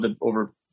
over